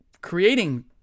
creating